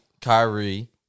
Kyrie